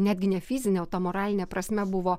netgi ne fizine o ta moraline prasme buvo